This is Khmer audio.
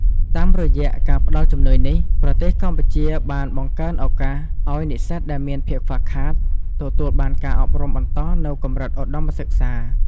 តាមរយៈ ការផ្ដល់ជំនួយនេះ ប្រទេសកម្ពុជាបានបង្កើនឱកាស ឱ្យនិស្សិតដែលមានភាពខ្វះខាតទទួលបានការអប់រំបន្តនៅកម្រិតឧត្តមសិក្សា។